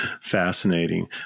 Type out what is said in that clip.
fascinating